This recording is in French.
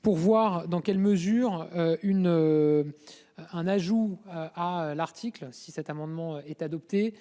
Pour voir dans quelle mesure une. Un ajout à l'article si cet amendement est adopté